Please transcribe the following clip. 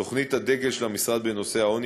תוכנית הדגל של המשרד בנושא העוני,